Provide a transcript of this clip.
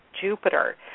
Jupiter